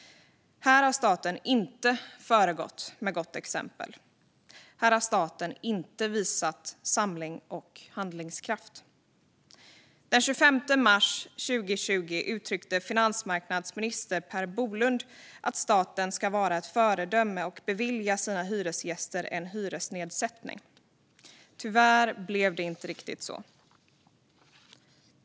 Här har staten inte föregått med gott exempel. Här har staten inte visat samling och handlingskraft. Den 25 mars 2020 uttryckte finansmarknadsminister Per Bolund att staten ska vara ett föredöme och bevilja sina hyresgäster en hyresnedsättning. Tyvärr blev det inte riktigt så.